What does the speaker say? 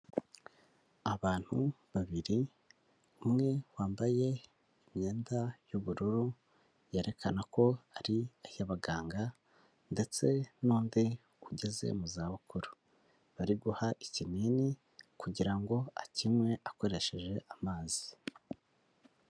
Abantu babiri umwe wambaye imyenda y'ubururu yerekana ko ari iy'abaganga, ndetse nundi ugeze mu zabukuru, bari guha ikinini kugirango akinywe akoresheje amazi.